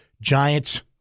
Giants